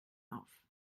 auf